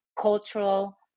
cultural